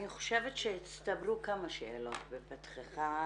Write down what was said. אני חושבת שהצטברו כמה שאלות לפתחך,